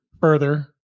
further